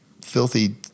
filthy